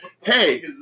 hey